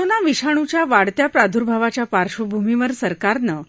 corona विषाणूच्या वाढत्या प्रादूर्भावाच्या पार्श्वभूमीवर सरकारनं